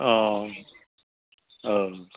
अ औ